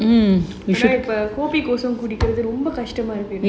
kopi kosong குடிக்கிறது ரொம்ப கஷ்டமா இருக்கு:kudikirathu romba kashtama iruku